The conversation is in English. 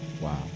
Wow